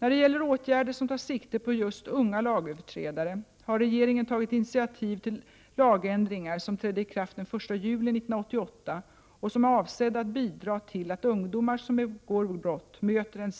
När det gäller åtgärder som tar sikte just på unga lagöverträdare har regeringen tagit initiativ till lagändringar som trädde i kraft den 1 juli 1988, och som är avsedda att bidra till att ungdomar som begår brott möter